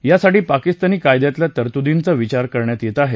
यासाठी पाकिस्तानी कायद्यातल्या तरतूदींची विचार करण्यात येत आहे